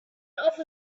offer